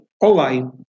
online